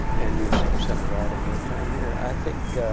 and you've seen some of that in your time here. i think